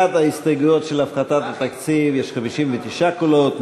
בעד ההסתייגויות של הפחתת התקציב יש 59 קולות,